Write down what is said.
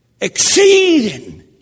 Exceeding